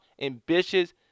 ambitious